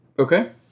Okay